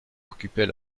occupait